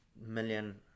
million